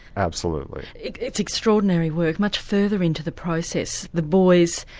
absolutely. it's extraordinary work. much further into the process the boys